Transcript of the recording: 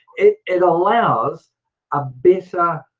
it it allows a better